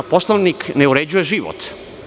Poslovnik ne uređuje život.